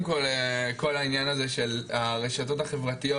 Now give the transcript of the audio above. אז קודם כל העניין הזה של הרשתות החברתיות,